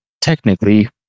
technically